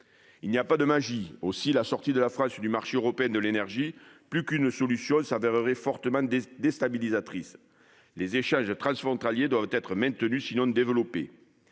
Il n'y a pas de magie ! Aussi, la sortie de la France du marché européen de l'énergie, plus qu'une solution, se révélerait fortement déstabilisatrice. Les échanges transfrontaliers doivent être maintenus, sinon développés.